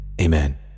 amen